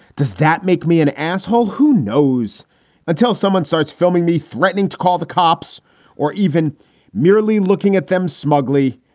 does that make me an asshole? who knows until someone starts filming me, threatening to call the cops or even merely looking at them smugly?